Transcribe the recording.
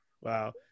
Wow